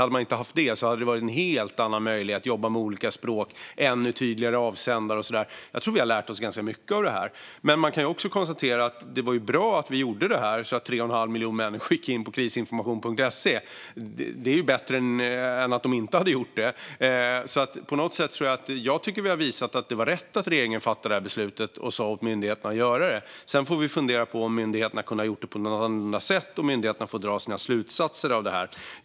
Hade man inte haft den begränsningen hade det funnits en helt annan möjlighet att jobba med olika språk, ännu tydligare avsändare och så vidare. Jag tror att vi har lärt oss ganska mycket av det här. Men man kan också konstatera att det var bra att vi gjorde detta, så att 3 1⁄2 miljon människor gick in på Krisinformation.se. Det är bättre att de gjorde det än om de inte hade gjort det. Jag tycker att vi har visat att det var rätt att regeringen fattade beslutet och sa åt myndigheterna att göra detta. Sedan får vi fundera på om myndigheterna kunde ha gjort på ett annorlunda sätt, och myndigheterna får dra sina slutsatser.